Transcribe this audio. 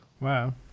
Wow